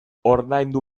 ordaindu